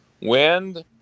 wind